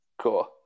Cool